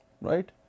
Right